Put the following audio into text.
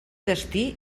destí